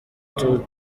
tour